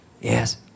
Yes